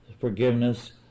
forgiveness